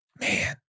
Man